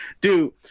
Dude